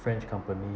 french company